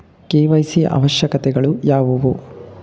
KYC ಅವಶ್ಯಕತೆಗಳು ಯಾವುವು?